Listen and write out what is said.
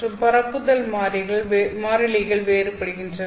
மற்றும் பரப்புதல் மாறிலிகள் வேறுபடுகின்றன